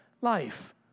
life